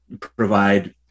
provide